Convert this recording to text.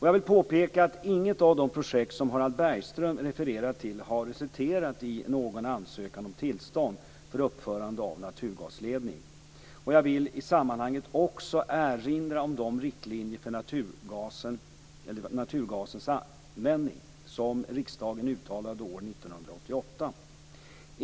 Jag vill påpeka att inget av de projekt som Harald Bergström refererar till har resulterat i någon ansökan om tillstånd för uppförande av naturgasledning. Jag vill i sammanhanget också erinra om de riktlinjer för naturgasens användning som riksdagen uttalade år 1988.